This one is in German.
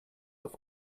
auf